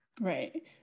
Right